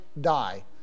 die